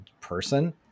person